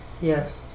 Yes